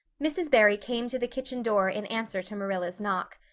mrs. barry came to the kitchen door in answer to marilla's knock.